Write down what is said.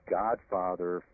godfather